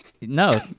No